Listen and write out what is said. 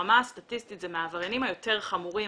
ברמה הסטטיסטית זה מהעבריינים היותר חמורים,